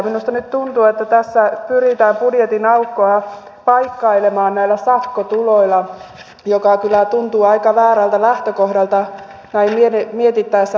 minusta nyt tuntuu että tässä pyritään budjetin aukkoa paikkailemaan näillä sakkotuloilla mikä kyllä tuntuu aika väärältä lähtökohdalta näin mietittäessä rangaistusjärjestelmää